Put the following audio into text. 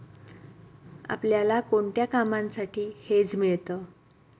आपल्याला कोणत्या कामांसाठी हेज मिळतं?